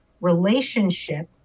relationship